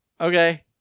Okay